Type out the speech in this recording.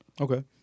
Okay